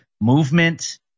movement